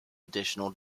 additional